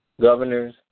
governors